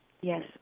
Yes